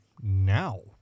now